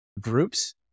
groups